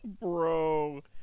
Bro